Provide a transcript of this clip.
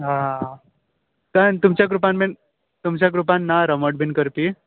आं तुमचे ग्रुपान बीन तुमच्या ग्रुपान ना रोमट बीन करपी